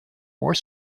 more